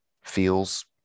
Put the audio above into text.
feels